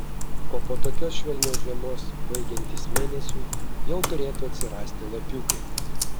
o po tokios švelnios žiemos baigiantis mėnesiui jau turėtų atsirasti lapiukai